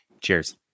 Cheers